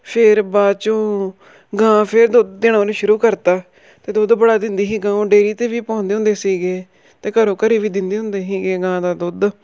ਫਿਰ ਬਾਅਦ ਚੋਂ ਗਾਂ ਫਿਰ ਦੁੱਧ ਦੇਣਾ ਉਹਨੇ ਸ਼ੁਰੂ ਕਰਤਾ ਅਤੇ ਦੁੱਧ ਬੜਾ ਦਿੰਦੀ ਸੀ ਗਾਂ ਉਹ ਡੇਅਰੀ ਤੇ ਵੀ ਪਾਉਂਦੇ ਹੁੰਦੇ ਸੀਗੇ ਅਤੇ ਘਰੋ ਘਰ ਵੀ ਦਿੰਦੇ ਹੁੰਦੇ ਸੀਗੇ ਗਾਂ ਦਾ ਦੁੱਧ